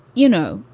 you know,